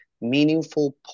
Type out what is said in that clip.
meaningful